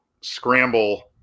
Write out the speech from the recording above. scramble